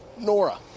Nora